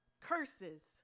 curses